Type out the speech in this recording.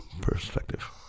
perspective